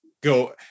go